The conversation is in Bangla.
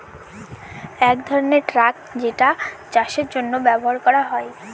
এক ধরনের ট্রাক যেটা চাষের জন্য ব্যবহার করা হয়